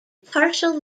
partial